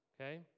okay